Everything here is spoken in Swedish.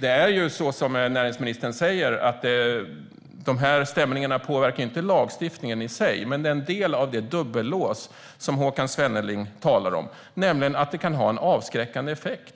Det är ju såsom näringsministern säger: De här stämningarna påverkar inte lagstiftningen i sig, men det är en del av det dubbellås som Håkan Svenneling talar om, nämligen att det kan ha en avskräckande effekt.